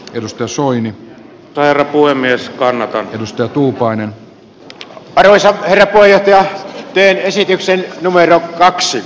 rosoinen varapuhemies kannattaa tutustua tuupainen ajoi sen ohi ja teen esitykseni numero kaksi